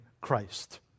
Christ